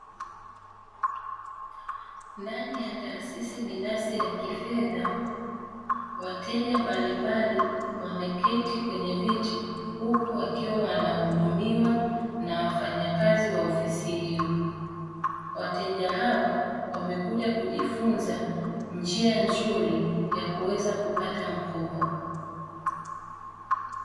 Ndani ya taasisi binafsi ya kifedha wateja mbalimbali wameketi kwenye viti huku wakiwa wanahudumiwa na wafanyakazi wa ofisi hiyo. Wateja hawa wamekuja kujifunza njia nzuri ya kuweza kupata mkopo.